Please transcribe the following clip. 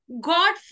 God